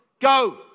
Go